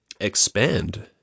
expand